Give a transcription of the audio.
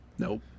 Nope